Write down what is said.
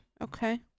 Okay